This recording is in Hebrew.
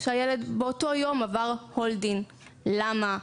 שהילד עבר את זה באותו יום, מה הסיבה,